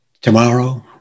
Tomorrow